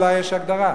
אולי יש הגדרה.